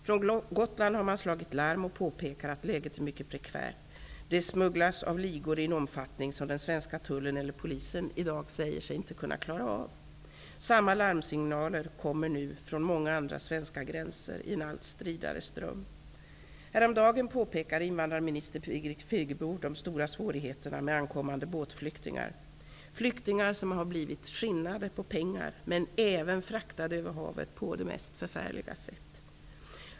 Från Gotland har man slagit larm och påpekar att läget är mycket prekärt -- det smugglas av ligor i en omfattning som den svenska tullen eller polisen i dag säger sig inte kunna klara av. Samma larmsignaler kommer nu även från många andra svenska gränser, i en allt stridare ström. Häromdagen påpekade invandrarminister Birgit Friggebo de stora svårigheterna med ankommande båtflyktingar -- flyktingar som har blivit skinnade på pengar men även fraktade över havet på det mest förfärliga sätt.